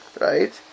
Right